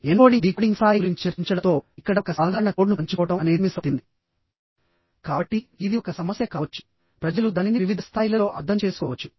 encoding decoding స్థాయి గురించి చర్చించడంతో ఇక్కడ ఒక సాధారణ కోడ్ను పంచుకోవడం అనేది మిస్ అవుతిందికాబట్టి ఇది ఒక సమస్య కావచ్చు ప్రజలు దానిని వివిధ స్థాయిలలో అర్థం చేసుకోవచ్చు